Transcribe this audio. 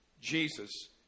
Jesus